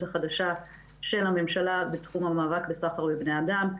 החדשה של הממשלה בתחום המאבק בסחר בבני אדם,